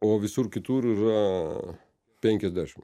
o visur kitur yra penkiasdešim